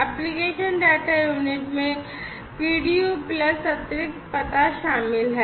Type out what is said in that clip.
application data unit में PDU plus अतिरिक्त पता शामिल है